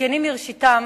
מתאפיינים מראשיתם